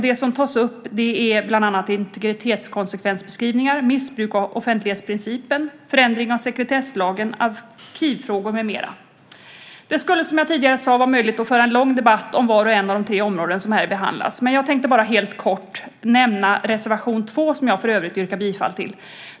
Det som tas upp är bland annat integritetskonsekvensbeskrivningar, missbruk av offentlighetsprincipen, förändring av sekretesslagen och arkivfrågor. Det skulle, som jag sade tidigare, vara möjligt att föra en lång debatt om vart och ett av de tre områden som behandlas, men jag tänkte bara helt kort nämna reservation 2, som jag för övrigt yrkar bifall till.